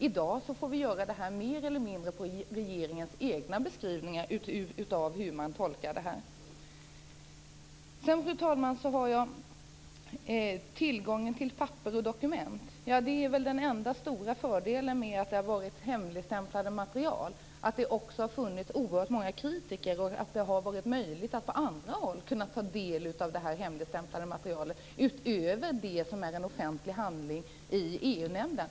I dag får vi göra detta mer eller mindre efter regeringens egna beskrivningar av hur man tolkar det hela. Fru talman! Jag skall tala om tillgången till papper och dokument. Den enda stora fördelen med att materialet har varit hemligstämplat är väl att det också har funnits så oerhört många kritiker. Därför har det också varit möjligt att på andra håll ta del av det hemligstämplade materialet utöver det som är en offentlig handling i EU-nämnden.